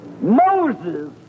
Moses